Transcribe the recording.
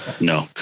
No